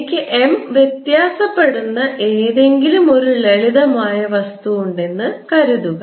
എനിക്ക് M വ്യത്യാസപ്പെടുന്ന എന്തെങ്കിലും ഒരു ലളിതമായ വസ്തു ഉണ്ടെന്ന് കരുതുക